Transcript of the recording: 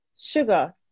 sugar